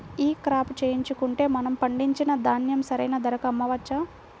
ఈ క్రాప చేయించుకుంటే మనము పండించిన ధాన్యం సరైన ధరకు అమ్మవచ్చా?